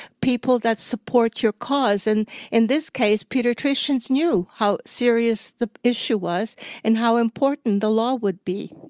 people that support your cause. and in this case, pediatricians knew how serious the issue was and how important the law would be.